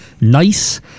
nice